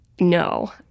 No